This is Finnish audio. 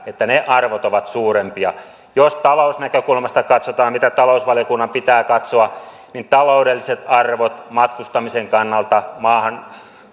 että ne arvot ovat suurempia jos talousnäkökulmasta katsotaan mitä talousvaliokunnan pitää katsoa niin taloudelliset arvot matkustamisen kannalta maahan